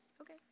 Okay